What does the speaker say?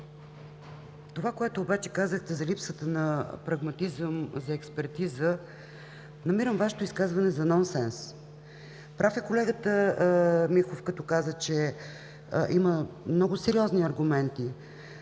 обаче, което казахте, за липсата на прагматизъм, за експертиза, намирам Вашето изказване за нонсенс. Прав е колегата Михов, като каза, че има много сериозни аргументи.